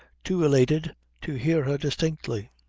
too elated to hear her distinctly.